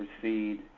proceed